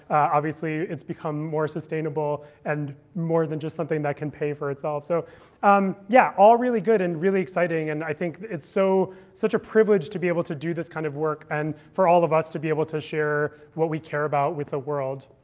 obviously, it's become more sustainable and more than just something that can pay for itself. so um yeah, all really good, and really exciting. and i think it's so such a privilege to be able to do this kind of work and for all of us to be able to share what we care about with the world.